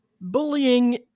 bullying